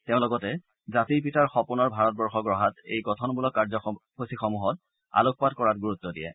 তেওঁ লগতে জাতিৰ পিতাৰ সপোনৰ ভাৰতবৰ্ষ গঢ়াত এই গঠনমূলক কাৰ্যসূচীসমূহত আলোকপাত কৰাত গুৰুত্ব দিয়ে